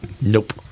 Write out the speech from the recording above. Nope